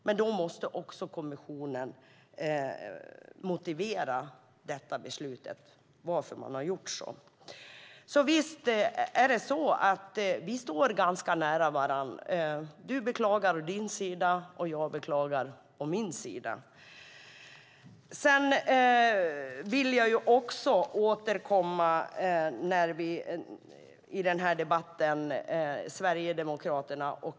Men då måste kommissionen motivera varför man har fattat det beslutet. Visst är det så att vi står ganska nära varandra. Du beklagar å din sida och jag beklagar å min sida. Sedan vill jag i den här debatten återkomma till Sverigedemokraterna.